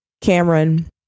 cameron